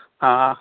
ہاں